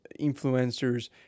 influencers